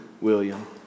William